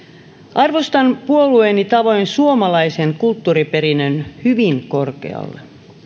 arvostan puolueeni tavoin suomalaisen kulttuuriperinnön hyvin korkealle